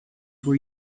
were